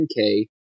10K